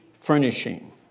furnishing